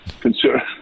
consider